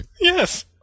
Yes